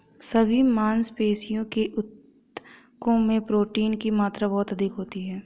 सभी मांसपेशियों के ऊतकों में प्रोटीन की मात्रा बहुत अधिक होती है